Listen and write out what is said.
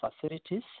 facilities